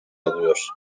alıyor